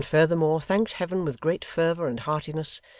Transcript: and furthermore thanked heaven with great fervour and heartiness,